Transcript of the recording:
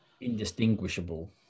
indistinguishable